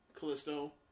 Callisto